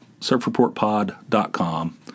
surfreportpod.com